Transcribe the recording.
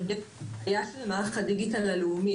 ביחס למערך הדיגיטל הלאומי,